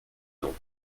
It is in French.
non